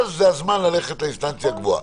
ואז זה הזמן ללכת לאינסטנציה גבוהה.